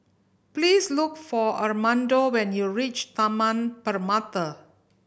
please look for Armando when you reach Taman Permata